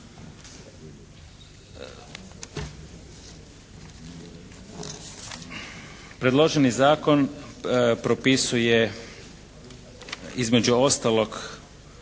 Predloženi zakon propisuje između ostalog